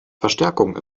verstärkung